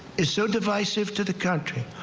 is so divisive to the country.